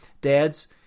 dads